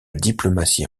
diplomatie